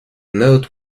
note